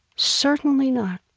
certainly not.